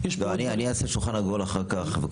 אני אעשה כאן שולחן עגול עם הקופות.